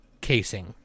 casing